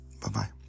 Bye-bye